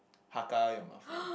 Hakka Yong-Tau-Foo